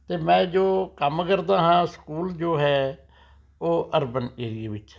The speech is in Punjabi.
ਅਤੇ ਮੈਂ ਜੋ ਕੰਮ ਕਰਦਾ ਹਾਂ ਸਕੂਲ ਜੋ ਹੈ ਉਹ ਅਰਬਨ ਏਰੀਏ ਵਿੱਚ ਹੈ